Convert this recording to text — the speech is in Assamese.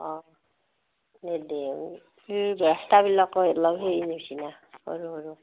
অঁ দে দে এই ৰাস্তাবিলাকো অলপ হেৰি হৈছি না সৰু সৰু